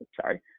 sorry